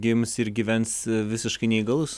gims ir gyvens visiškai neįgalus